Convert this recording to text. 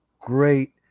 great